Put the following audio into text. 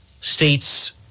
states